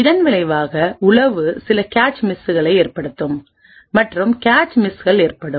இதன் விளைவாக உளவுசில கேச் மிஸ்ஸை ஏற்படுத்தும் மற்றும் கேச் மிஸ்கள் ஏற்படும்